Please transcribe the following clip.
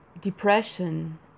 depression